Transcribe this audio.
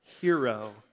hero